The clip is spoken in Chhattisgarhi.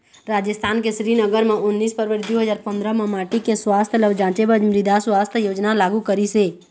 राजिस्थान के श्रीगंगानगर म उन्नीस फरवरी दू हजार पंदरा म माटी के सुवास्थ ल जांचे बर मृदा सुवास्थ योजना लागू करिस हे